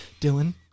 Dylan